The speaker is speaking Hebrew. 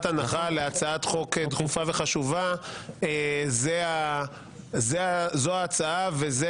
הנחה להצעת חוק דחופה וחשובה זו ההצעה וזה